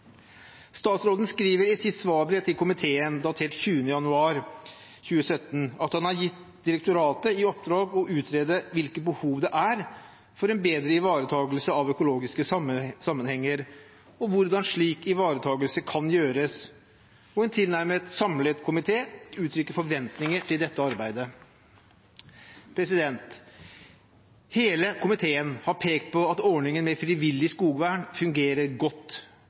Statsråden skriver i sitt svarbrev til komiteen, datert 20. januar 2017, at han har gitt direktoratet i oppdrag å utrede hvilke behov det er for en bedre ivaretakelse av økologiske sammenhenger, og hvordan slik ivaretakelse kan gjøres. Og en tilnærmet samlet komité uttrykker forventninger til dette arbeidet. Hele komiteen har pekt på at ordningen med frivillig skogvern fungerer godt,